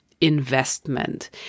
Investment